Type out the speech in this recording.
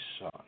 son